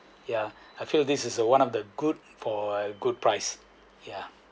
ya I feel this is a one of the good for good price yeah